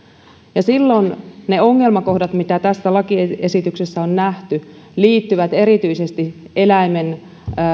silloin ne ongelmakohdat mitä tässä lakiesityksessä on nähty liittyvät erityisesti eläimen